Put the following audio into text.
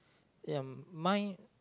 um my